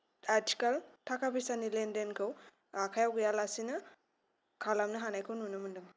आथिखाल थाखा फैसानि लेनदेनखौ आखाइयाव गैयालासेनो खालामनो हानायखौ नुनो मोनदों